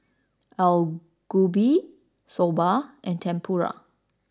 Alu Gobi Soba and Tempura